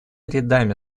рядами